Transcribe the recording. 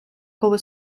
коли